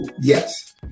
Yes